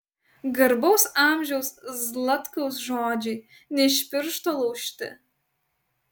garbaus amžiaus zlatkaus žodžiai ne iš piršto laužti